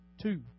Two